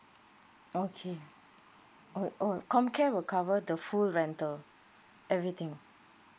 okay oh oh comcare will cover the full rental everything